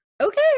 okay